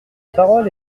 parole